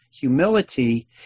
humility